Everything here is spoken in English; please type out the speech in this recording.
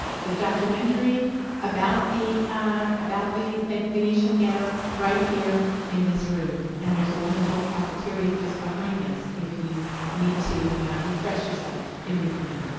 the documentary about the ah about the venetian ghetto right here in this room. and there's a wonderful cafeteria just behind us if you need to refresh yourself in-between.